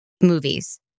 movies